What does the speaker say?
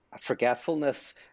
forgetfulness